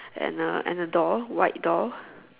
and a and a door white door